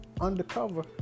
undercover